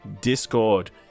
Discord